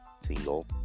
single